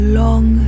long